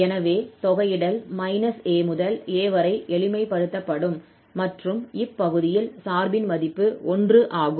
எனவே தொகையிடல் 𝑎 முதல் 𝑎 வரை எளிமைப்படுத்தப்படும் மற்றும் இப்பகுதியில் சார்பின் மதிப்பு 1 ஆகும்